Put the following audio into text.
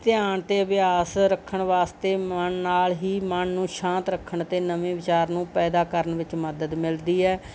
ਧਿਆਨ ਅਤੇ ਅਭਿਆਸ ਰੱਖਣ ਵਾਸਤੇ ਮਨ ਨਾਲ ਹੀ ਮਨ ਨੂੰ ਸ਼ਾਂਤ ਰੱਖਣ ਅਤੇ ਨਵੇਂ ਵਿਚਾਰ ਨੂੰ ਪੈਦਾ ਕਰਨ ਵਿੱਚ ਮਦਦ ਮਿਲਦੀ ਹੈ